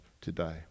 today